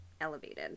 elevated